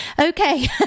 okay